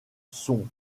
son